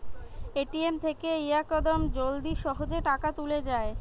ATM থেকে ইয়াকদম জলদি সহজে টাকা তুলে যায়